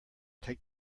take